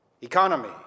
economy –